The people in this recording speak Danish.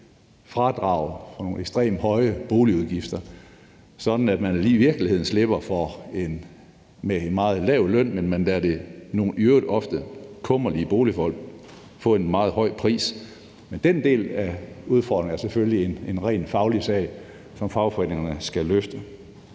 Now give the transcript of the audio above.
fradrag for nogle ekstremt høje boligudgifter, sådan at man i virkeligheden slipper med at betale en meget lav løn, ogda det i øvrigt ofte er nogle kummerlige boligforhold, får man meget ud af det. Men den del af udfordringen er selvfølgelig en rent faglig sag, som fagforeningerne skal løfte.